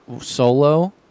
solo